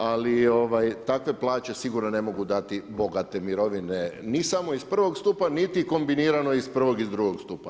Ali takve plaće sigurno ne mogu dati bogate mirovine ni samo iz prvog stupa, niti kombinirano iz prvog i drugog stupa.